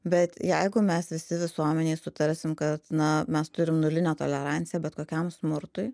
bet jeigu mes visi visuomenėj sutarsim kad na mes turim nulinę toleranciją bet kokiam smurtui